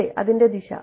അതെ അതിൻറെ ദിശ